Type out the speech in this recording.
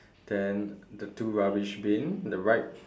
then the two rubbish bin the right